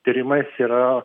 tyrimais yra